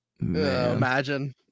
imagine